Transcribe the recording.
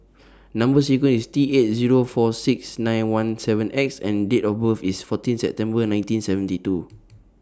Number sequence IS T eight Zero four six nine one seven X and Date of birth IS fourteen September nineteen seventy two